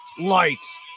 Lights